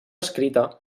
escrita